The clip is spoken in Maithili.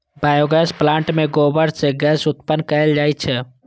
बायोगैस प्लांट मे गोबर सं गैस उत्पन्न कैल जाइ छै